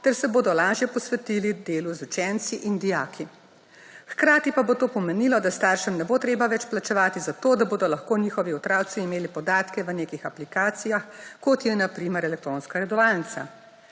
ter se bodo lažje posvetili delu z učenci in dijaki, hkrati pa bo to pomenilo, da staršem ne bo treba več plačevati za to, da bodo lahko njihovi otroci imeli podatke v nekih aplikacijah, kot je na primer elektronska redovalnica.